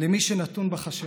למי שנתון בחשכה,